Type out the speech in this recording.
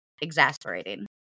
exasperating